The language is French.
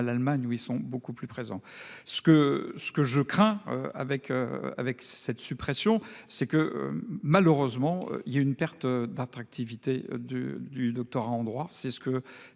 à l'Allemagne où ils sont beaucoup plus présents. Ce que, ce que je crains avec avec cette suppression c'est que malheureusement il y a une perte d'attractivité de du doctorat en droit.